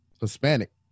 Hispanic